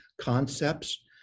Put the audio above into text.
concepts